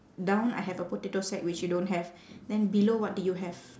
down I have a potato sack which you don't have then below what do you have